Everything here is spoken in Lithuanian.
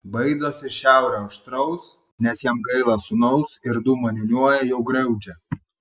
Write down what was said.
baidosi šiaurio aštraus nes jam gaila sūnaus ir dūmą niūniuoja jau griaudžią